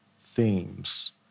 themes